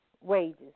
wages